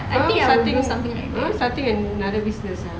I think something right starting another business sia